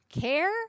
care